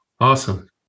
Awesome